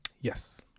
yes